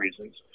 reasons